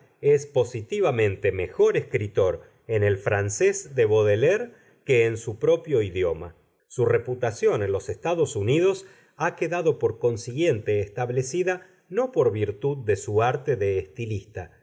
es positivamente mejor escritor en el francés de baudelaire que en su propio idioma su reputación en los estados unidos ha quedado por consiguiente establecida no por virtud de su arte de estilista